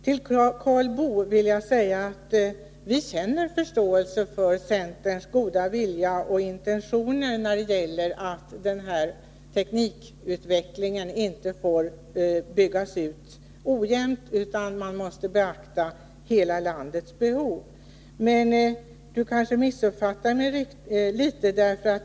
Till Karl Boo vill jag säga: Vi känner förståelse för centerns goda vilja och intentioner när det gäller att tekniken inte får byggas ut ojämnt, utan att hela landets behov måste beaktas. Men Karl Boo kanske missuppfattade mig litet.